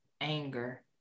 anger